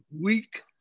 week